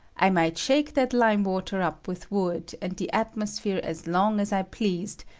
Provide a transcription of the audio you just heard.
i might shaiie that lime-water up with wood and the atmos phere as long as i pleased,